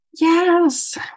Yes